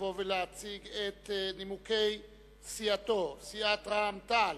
לבוא ולהציג את נימוקי סיעתו, סיעת רע"ם-תע"ל,